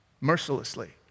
mercilessly